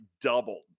doubled